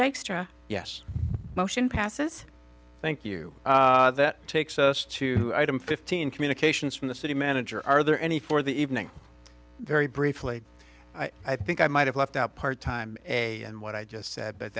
dykstra yes motion passes thank you that takes us to item fifteen communications from the city manager are there any for the evening very briefly i think i might have left out part time a and what i just said but